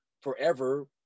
forever